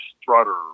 Strutter